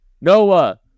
Noah